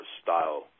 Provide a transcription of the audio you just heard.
style